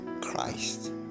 Christ